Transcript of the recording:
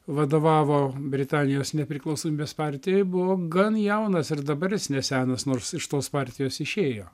vadovavo britanijos nepriklausomybės partijai buvo gan jaunas ir dabar jis nesenas nors iš tos partijos išėjo